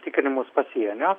tikrinimus pasienio